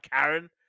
Karen